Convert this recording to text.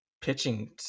pitching –